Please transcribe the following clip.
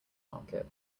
market